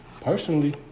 personally